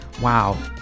wow